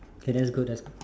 okay that's good that's